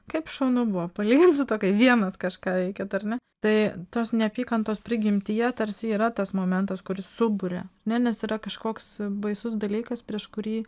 kaip šaunu buvo palyginsit va kaip vienas kažką veikiat ar ne tai tos neapykantos prigimtyje tarsi yra tas momentas kuris suburia ne nes yra kažkoks baisus dalykas prieš kurį